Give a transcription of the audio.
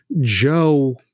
Joe